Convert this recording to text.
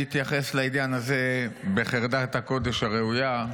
שנתייחס לעניין הזה בחרדת הקודש הראויה,